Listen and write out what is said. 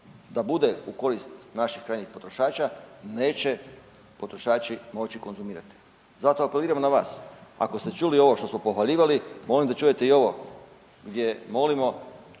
da bude u korist naših krajnjih potrošača neće potrošači moći konzumirati. Zato apeliram na vas, ako ste čuli ovo što smo pohvaljivali, molim da čujete i ovo gdje molimo